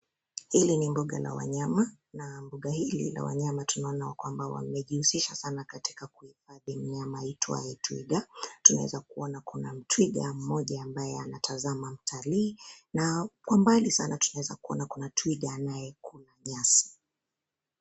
Hili ni mbuga la wanyama, na mbuga hili la wanyama tunaona kwamba wamejihusisha sana katika kuhifadhi mnyama aitwaye twiga. Tunaweza kuona kuna twiga mmoja ambaye anatazama mtalii na kwa mbali sana tunaeza kuona kuna twiga anayekula nyasi.